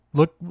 look